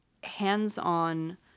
hands-on